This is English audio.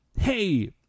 hey